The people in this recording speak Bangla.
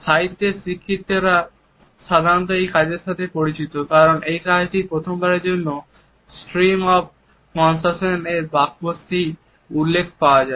সাহিত্যের শিক্ষার্থীরা সাধারণত এই কাজের সাথে পরিচিত কারণ এই কাজটিতেই প্রথমবারের জন্য স্ট্রিম অফ কনশাসনেস বাক্যাংশটির উল্লেখ পাওয়া যায়